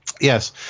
yes